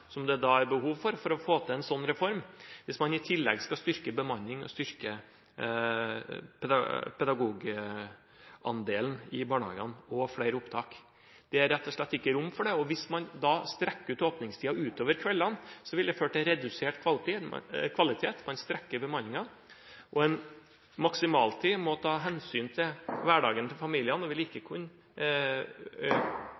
som det da vil være behov for for å få til en sånn reform, hvis man i tillegg skal styrke bemanningen og styrke pedagogandelen i barnehagene – og flere opptak? Det er rett og slett ikke rom for det. Hvis man da strekker ut åpningstiden utover kveldene, vil det føre til redusert kvalitet – man strekker bemanningen. En maksimaltid må ta hensyn til hverdagen til familiene , og man vil ikke